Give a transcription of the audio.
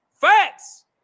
facts